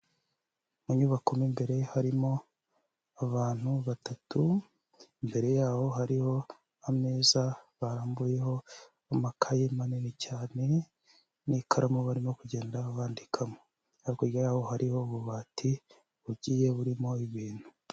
Mu nyubako mo imbere harimo abantu batatu, imbere yaho hariho ameza barambuyeho amakaye manini cyane n'ikaramu barimo kugenda bandikamo. Hakurya yaho hariho ububati bugiye burimo ibintu.